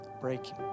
breaking